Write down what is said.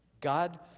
God